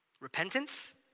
Repentance